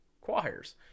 choirs